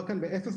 שמראה שאכן,